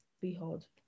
behold